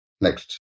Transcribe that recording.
Next